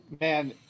Man